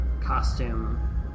costume